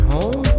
Home